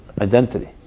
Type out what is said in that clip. identity